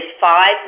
five